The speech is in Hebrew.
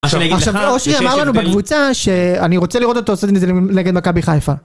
עכשיו אני אגיד לך שיש הבדל, כמו שאושרי אמר לנו בקבוצה שאני רוצה לראות אותו עושה את זה נגד מכבי חיפה